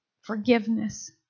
Forgiveness